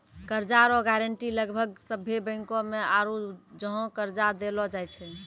कर्जा रो गारंटी लगभग सभ्भे बैंको मे आरू जहाँ कर्जा देलो जाय छै